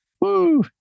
Woo